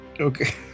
okay